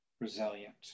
resilient